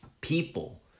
people